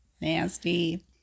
Nasty